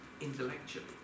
intellectually